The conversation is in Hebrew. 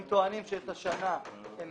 הם טוענים שהשנה הם